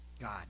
God